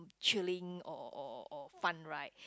chilling or or or fun right